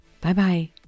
Bye-bye